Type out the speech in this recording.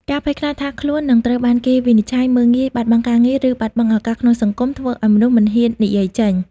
ការភ័យខ្លាចថាខ្លួននឹងត្រូវបានគេវិនិច្ឆ័យ មើលងាយ បាត់បង់ការងារ ឬបាត់បង់ឱកាសក្នុងសង្គម ធ្វើឱ្យមនុស្សមិនហ៊ាននិយាយចេញ។